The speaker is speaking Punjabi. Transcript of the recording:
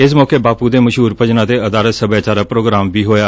ਇਸ ਮੌਕੇ ਬਾਪੁ ਦੇ ਮਸ਼ਹੁਰ ਭਜਨਾਂ ਤੇ ਅਧਾਰਿਤ ਸਭਿਆਚਾਰਿਕ ਪ੍ਰੋਗਰਾਮ ਹੋਇਆ